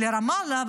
לרמאללה.